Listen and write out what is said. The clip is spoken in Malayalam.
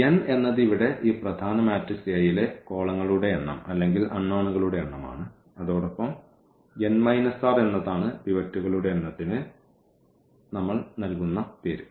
n എന്നത് ഇവിടെ ഈ പ്രധാന മാട്രിക്സ് A യിലെ കോളങ്ങളുടെ എണ്ണം അല്ലെങ്കിൽ അൺനോണുകളുടെ എണ്ണം ആണ് അതോടൊപ്പം ഈ n r എന്നതാണ് പിവറ്റുകളുടെ എണ്ണത്തിന് നമ്മൾ നൽകുന്ന പേര്